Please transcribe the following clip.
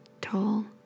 tall